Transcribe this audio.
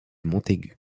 montaigu